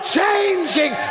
changing